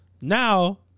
Now